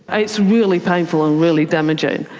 it's really painful and really damaging.